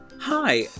Hi